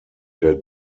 der